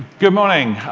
good morning,